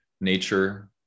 nature